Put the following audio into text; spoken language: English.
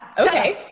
Okay